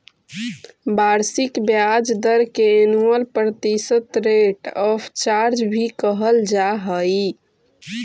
वार्षिक ब्याज दर के एनुअल प्रतिशत रेट ऑफ चार्ज भी कहल जा हई